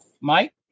Mike